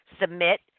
submit